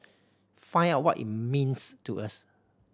find out what it means to us